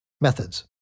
Methods